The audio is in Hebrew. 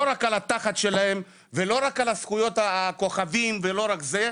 לא רק על התחת שלהם ועל הזכויות, הכוכבים וכל זה.